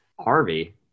Harvey